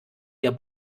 der